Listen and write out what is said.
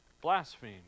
Blaspheme